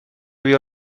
vio